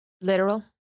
literal